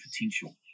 potential